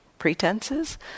pretenses